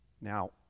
Now